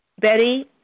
Betty